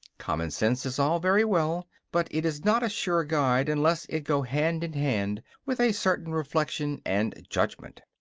common-sense is all very well but it is not a sure guide unless it go hand in hand with a certain reflection and judgment.